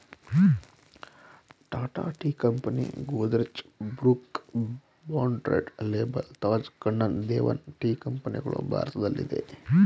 Tata tea company, Godrej, Brooke Bond Red Label, Taj Kannan Devan tea ಕಂಪನಿಗಳು ಭಾರತದಲ್ಲಿದೆ